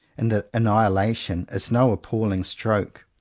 and that annihilation is no appalling stroke.